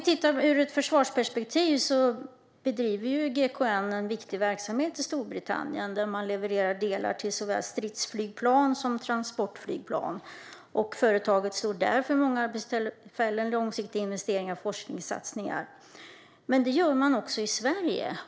Ur ett försvarsperspektiv kan vi säga att GKN bedriver en viktig verksamhet i Storbritannien. Man levererar delar till såväl stridsflygplan som transportflygplan. Företaget står där för många arbetstillfällen, långsiktiga investeringar och forskningssatsningar. Men det gör företaget också i Sverige.